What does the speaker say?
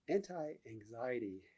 Anti-anxiety